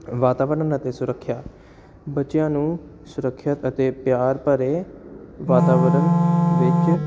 ਵਾਤਾਵਰਣ ਅਤੇ ਸੁਰੱਖਿਆ ਬੱਚਿਆਂ ਨੂੰ ਸੁਰੱਖਿਅਤ ਅਤੇ ਪਿਆਰ ਭਰੇ ਵਾਤਾਵਰਣ ਵਿੱਚ